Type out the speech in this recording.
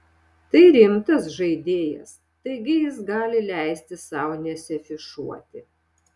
tai rimtas žaidėjas taigi jis gali leisti sau nesiafišuoti